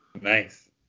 Nice